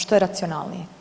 Što je racionalnije?